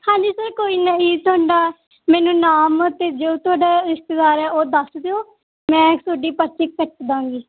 ਹਾਂਜੀ ਸਰ ਕੋਈ ਨਾ ਜੀ ਤੁਹਾਡਾ ਮੈਨੂੰ ਨਾਮ ਅਤੇ ਜੋ ਤੁਹਾਡਾ ਰਿਸ਼ਤੇਦਾਰ ਹੈ ਉਹ ਦੱਸ ਦਿਓ ਮੈਂ ਤੁਹਾਡੀ ਪਰਚੀ ਕੱਟ ਦਾਂਗੀ